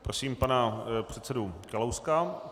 Prosím pana předsedu Kalouska.